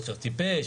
לא טיפש,